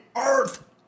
Earth